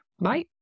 Bye